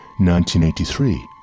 1983